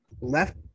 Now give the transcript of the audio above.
left